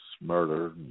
murder